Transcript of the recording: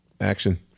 action